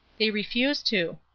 they refuse to.